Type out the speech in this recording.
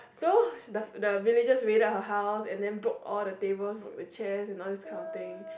so the the villagers raided her house and then broke all the tables knock the chairs and all this kind of thing